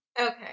Okay